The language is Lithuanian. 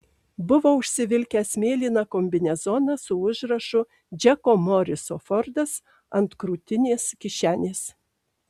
buvo užsivilkęs mėlyną kombinezoną su užrašu džeko moriso fordas ant krūtinės kišenės